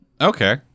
Okay